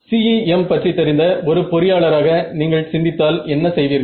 CEM பற்றி தெரிந்த ஒரு பொறியாளராக நீங்கள் சிந்தித்தால் என்ன செய்வீர்கள்